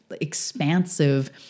expansive